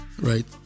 Right